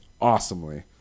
awesomely